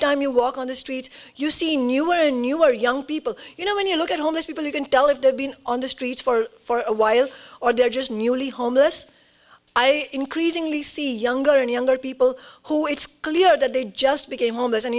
time you walk on the street you see new when you were young people you know when you look at homeless people you can tell if they've been on streets for a while or they're just newly homeless i increasingly see younger and younger people who it's clear that they just became homeless and